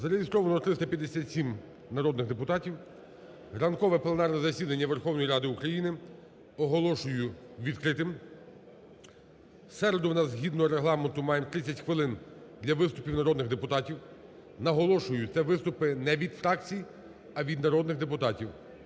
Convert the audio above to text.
Зареєстровано 357 народних депутатів. Ранкове пленарне засідання Верховної Ради України оголошую відкритим. В середу у нас, згідно Регламенту, маємо 30 хвилин для виступів народних депутатів. Наголошую, це виступи не від фракцій, а від народних депутатів.